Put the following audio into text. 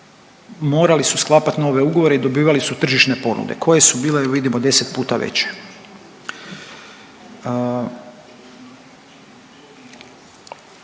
morali su sklapati nove ugovore i dobivali su tržišne ponude koje su bile, evo vidimo 10 puta veće.